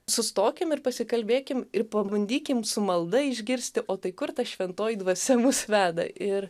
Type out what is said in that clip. sustokim ir pasikalbėkim ir pabandykim su malda išgirsti o tai kur ta šventoji dvasia mus veda ir